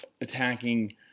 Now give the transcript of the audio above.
attacking